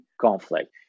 conflict